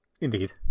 Indeed